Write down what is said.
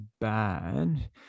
bad